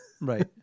Right